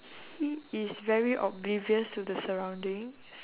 he is very oblivious to the surroundings